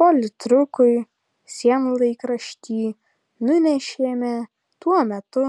politrukui sienlaikraštį nunešėme tuo metu